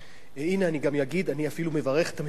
הנה, אני גם אגיד, אני אפילו מברך את הממשלה.